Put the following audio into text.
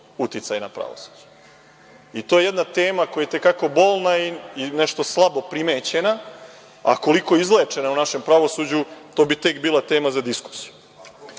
uticaj na pravosuđe. I, to je jedna tema koja je i te kako bolna i nešto slabo primećena, a koliko izlečena u našem pravosuđu, to bi tek bila tema za diskusiju. Naravno